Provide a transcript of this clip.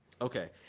okay